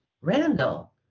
Randall